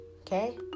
Okay